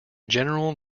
general